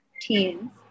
teens